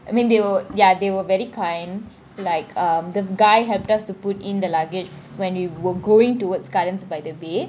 I mean they were ya there they were very kind like um the guy helped us to put in the luggage when we were going towards gardens by the bay